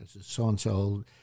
so-and-so